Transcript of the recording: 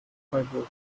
freiburg